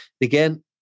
again